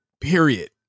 period